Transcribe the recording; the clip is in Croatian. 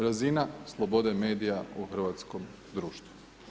Razina slobode medija u hrvatskom društvu.